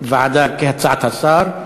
לוועדה כהצעת השר.